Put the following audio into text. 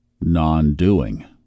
non-doing